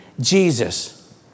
Jesus